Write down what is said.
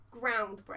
groundbreaking